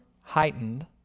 heightened